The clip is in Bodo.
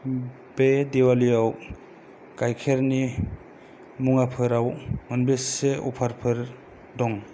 बे दिवालिआव गायखेरनि मुवाफोराव मोनबेसे अफार फोर दङ